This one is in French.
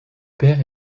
père